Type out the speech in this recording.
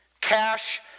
Cash